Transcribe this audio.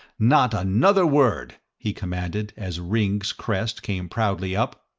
not another word, he commanded, as ringg's crest came proudly up.